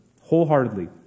wholeheartedly